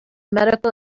medical